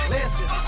Listen